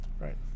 Right